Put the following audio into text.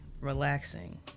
relaxing